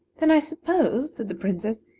then i suppose, said the princess,